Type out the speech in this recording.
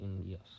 Yes